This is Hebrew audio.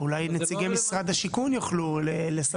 אולי נציגי משרד השיכון יוכלו לספר.